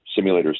simulators